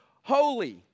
holy